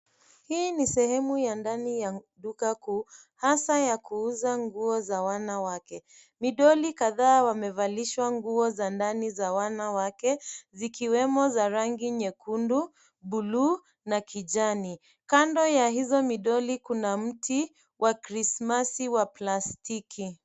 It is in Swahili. Hii ni sehemu ya ndani ya duka kuu hasa ya kuuza nguo za wanawake. Midoli kadhaa wamevalishwa nguo za ndani za wanawake vikiwemo za rangi nyekundu, buluu na kijani. Kando ya hizo midoli kuna mti wa krismasi wa plastiki.